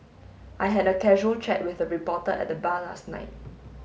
I had a casual chat with a reporter at the bar last night